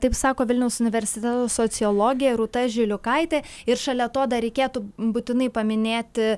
taip sako vilniaus universiteto sociologė rūta žiliukaitė ir šalia to dar reikėtų būtinai paminėti